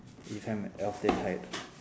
if I'm at that height